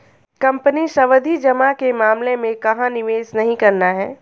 Company सावधि जमा के मामले में कहाँ निवेश नहीं करना है?